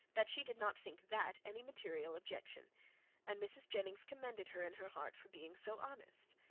that she did not think that any material objection and mrs. jennings commended her in her heart for being so honest.